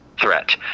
threat